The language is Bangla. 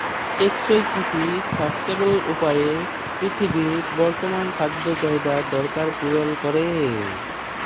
টেকসই কিসি সাসট্যালেবেল উপায়ে পিরথিবীর বর্তমাল খাদ্য চাহিদার দরকার পুরল ক্যরে